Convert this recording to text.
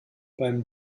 beim